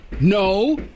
no